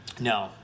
No